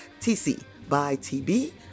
TCBYTB